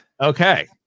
okay